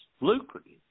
lucrative